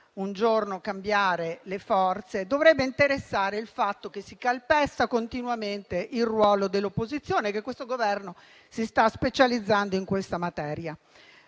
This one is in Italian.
un giorno cambiare le forze, dovrebbe interessare il fatto che si calpesta continuamente il ruolo dell'opposizione e che questo Governo si sta specializzando in questa materia.